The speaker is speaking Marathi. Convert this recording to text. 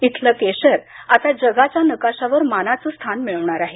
इथलं केशर आता जगाच्या नकाशावर मानाचं स्थान मिळवणार आहे